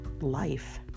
life